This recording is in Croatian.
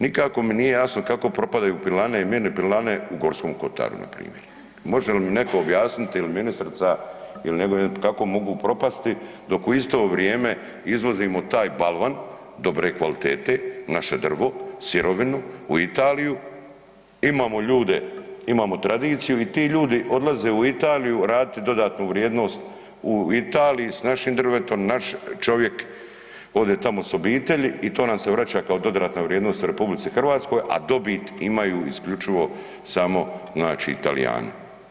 Nikako mi nije jasno kako propadaju pilane i mini pilane u Gorskom kotaru npr., može li mi netko objasniti il ministrica ili netko kako mogu propasti dok u isto vrijeme izvozimo taj balvan dobre kvalitete, naše drvo, sirovinu u Italiju, imamo ljude, imamo tradiciju i ti ljudi odlaze u Italiju raditi dodatnu vrijednost u Italiji s našim drvetom, naš čovjek ode tamo s obitelji i to nam se vraća kao dodatna vrijednost u RH, a dobit imaju isključivo samo znači Talijani.